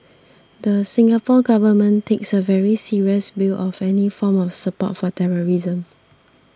the Singapore Government takes a very serious view of any form of support for terrorism